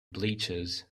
bleachers